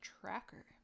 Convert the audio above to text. Tracker